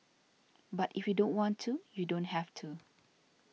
but if you don't want to you don't have to